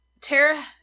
Tara